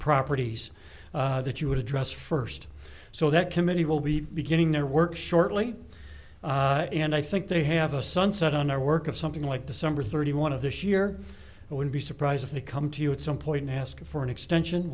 properties that you would address first so that committee will be beginning their work shortly and i think they have a sunset on our work of something like december thirty one of this year it would be surprised if they come to you at some point asking for an extension